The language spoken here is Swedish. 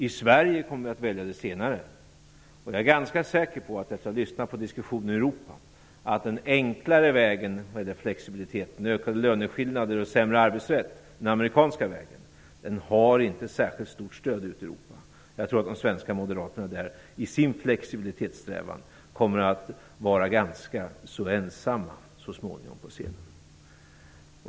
I Sverige kommer vi att välja det senare. Jag är ganska säker på, efter att ha lyssnat på diskussionen i Europa, att den enklare vägen när det gäller flexibiliteten - ökade löneskillnader och sämre arbetsrätt, den amerikanska vägen - inte har särskilt stort stöd ute i Europa. Jag tror att de svenska moderaterna i sin flexibilitetssträvan så småningom kommer att vara ganska så ensamma på scenen.